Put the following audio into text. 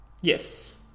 Yes